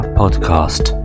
podcast